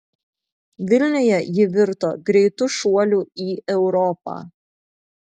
vilniuje ji virto greitu šuoliu į europą